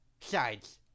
sides